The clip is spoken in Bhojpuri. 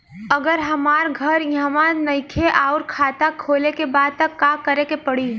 अगर हमार घर इहवा नईखे आउर खाता खोले के बा त का करे के पड़ी?